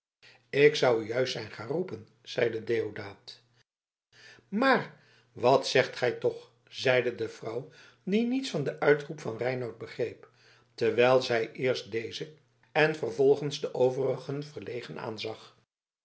ik zou u juist zijn gaan roepen zeide deodaat maar wat zegt gij toch zeide de jonkvrouw die niets van den uitroep van reinout begreep terwijl zij eerst dezen en vervolgens de overigen verlegen aanzag